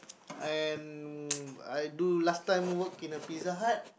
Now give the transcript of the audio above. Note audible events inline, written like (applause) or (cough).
and (noise) I do last time work in a Pizza-Hut